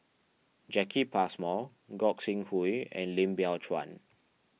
Jacki Passmore Gog Sing Hooi and Lim Biow Chuan